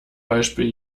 beispiel